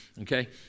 okay